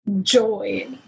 joy